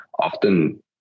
often